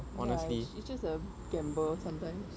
ya it's it's just a gamble sometimes